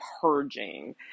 purging